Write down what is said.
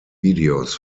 videos